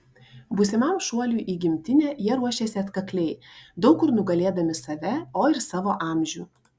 būsimam šuoliui į gimtinę jie ruošėsi atkakliai daug kur nugalėdami save o ir savo amžių